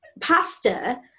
pasta